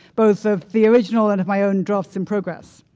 both of the original and of my own drafts in progress.